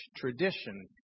tradition